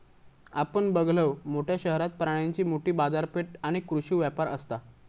आपण बघलव, मोठ्या शहरात प्राण्यांची मोठी बाजारपेठ आणि कृषी व्यापार असता